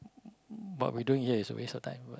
what we doing here is a waste of time what